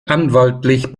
anwaltlich